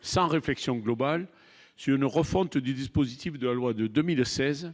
sans réflexion globale sur une refonte du dispositif de la loi de 2016,